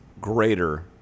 greater